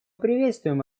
приветствуем